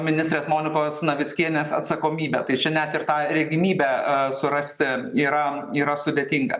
ministrės monikos navickienės atsakomybe tai čia net ir tą regimybę a surasti yra yra sudėtinga